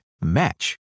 match